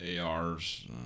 ARs